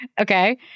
Okay